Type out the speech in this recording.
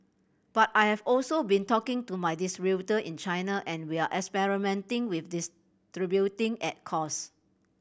but I have also been talking to my distributor in China and we're experimenting with distributing at cost